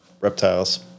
reptiles